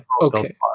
Okay